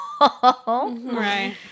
Right